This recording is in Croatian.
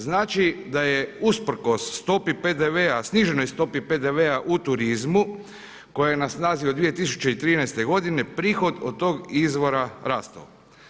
Znači da je usprkos stopi PDV-a, sniženoj stopi PDV-a u turizmu koja je na snazi od 2013. godine prihod od tog izvora rastao.